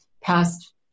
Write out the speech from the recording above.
past